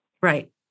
Right